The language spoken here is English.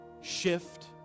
Shift